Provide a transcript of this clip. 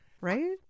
right